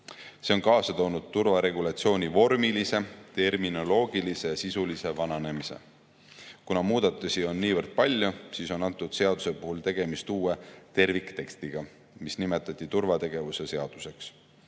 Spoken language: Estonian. See on kaasa toonud turvaregulatsiooni vormilise, terminoloogilise ja sisulise vananemise. Kuna muudatusi on niivõrd palju, siis on selle seaduse puhul tegemist uue terviktekstiga, mis nimetati turvategevuse seaduseks.